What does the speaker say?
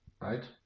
right